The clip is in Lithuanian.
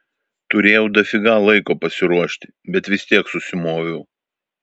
turėjau dafiga laiko pasiruošti bet vis tiek susimoviau